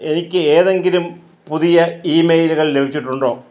എനിക്ക് ഏതെങ്കിലും പുതിയ ഇമെയിലുകൾ ലഭിച്ചിട്ടുണ്ടോ